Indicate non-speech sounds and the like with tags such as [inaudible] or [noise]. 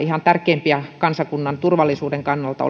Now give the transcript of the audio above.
[unintelligible] ihan tärkeimpiä asioita kansakunnan turvallisuuden kannalta [unintelligible]